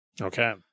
Okay